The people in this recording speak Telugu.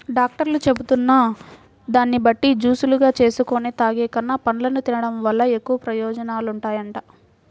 డాక్టర్లు చెబుతున్న దాన్ని బట్టి జూసులుగా జేసుకొని తాగేకన్నా, పండ్లను తిన్డం వల్ల ఎక్కువ ప్రయోజనాలుంటాయంట